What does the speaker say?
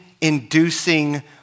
inducing